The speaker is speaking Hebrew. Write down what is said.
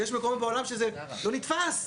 וועדות ערר לא מקבלות את הפרשנות שלך, לצערי.